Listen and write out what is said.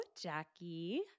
Jackie